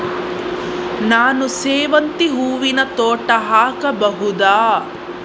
ನಾನು ಸೇವಂತಿ ಹೂವಿನ ತೋಟ ಹಾಕಬಹುದಾ?